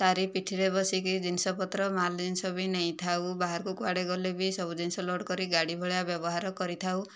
ତା'ର ପିଠିରେ ବସିକି ଜିନିଷପତ୍ର ମାଲ୍ ଜିନିଷ ବି ନେଇଥାଉ ବାହାରକୁ କୁଆଡ଼େ ଗଲେ ବି ସବୁ ଜିନିଷ ଲୋଡ଼୍ କରି ଗାଡ଼ି ଭଳିଆ ବ୍ୟବହାର କରିଥାଉ